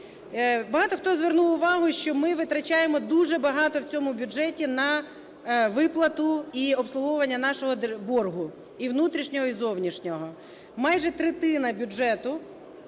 Багато хто звернув увагу, що ми витрачаємо дуже багато в цьому бюджеті на виплату і обслуговування нашого боргу і внутрішнього, і зовнішнього. Майже третина бюджету